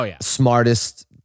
smartest